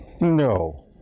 No